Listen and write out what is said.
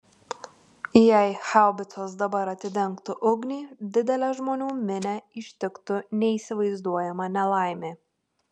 jei haubicos dabar atidengtų ugnį didelę žmonių minią ištiktų neįsivaizduojama nelaimė